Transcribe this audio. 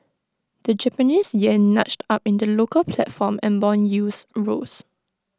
the Japanese Yen nudged up in the local platform and Bond yields rose